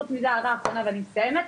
חוץ מזה הערבה אחרונה ואני מסיימת.